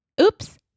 Oops